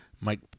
Mike